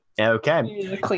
Okay